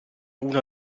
una